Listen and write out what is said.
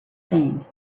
thing